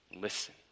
listen